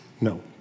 No